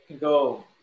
go